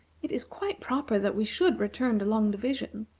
it is quite proper that we should return to long division.